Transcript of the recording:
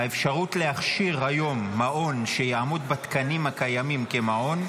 האפשרות להכשיר היום מעון שיעמוד בתקנים הקיימים כמעון,